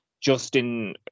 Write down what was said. Justin